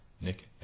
Nick